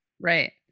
right